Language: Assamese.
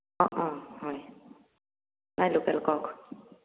অ' হয় নাই কওক